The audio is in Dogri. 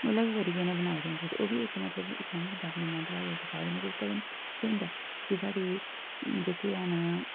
ओह्बी अलग करियै बनाये दे होंदे ओह्बी मतलब की इकोनॉमिक डिवैलप्मैंट दा गै साधन ऐ के केह् होंदा क साढ़े जेह्के है'न